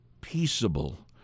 peaceable